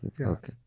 Okay